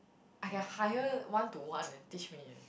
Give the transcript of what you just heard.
I can hire one to one and teach me eh